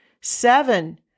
Seven